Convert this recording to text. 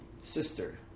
sister